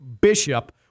Bishop